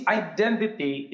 identity